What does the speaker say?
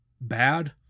Bad